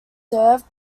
served